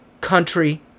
country